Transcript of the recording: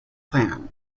plan